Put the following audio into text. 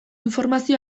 informazio